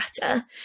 better